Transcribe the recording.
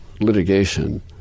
litigation